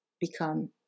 become